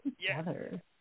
together